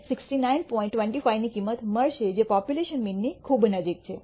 25 ની કિંમત મળશે જે પોપ્યુલેશન મીનની ખૂબ નજીક છે